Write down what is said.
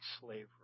slavery